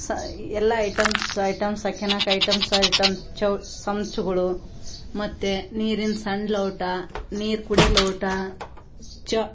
ಸಹ ಎಲ್ಲ items items ಹಾಕ್ಯನಕ್ ಐಟಮ್ಸ್ ಐಟಮ್ಸ್ ಚೌ ಚಮ್ಚಗಳು ಮತ್ತು ನೀರಿನ ಸಣ್ಣ ಲೋಟ ನೀರು ಕುಡಿಯೋ ಲೋಟ ಚ